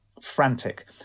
frantic